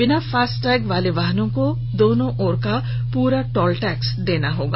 बिना फास्टटैग वाले वाहनों को दोनों ओर का पूरा टोल टैक्स देना होगा